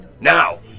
Now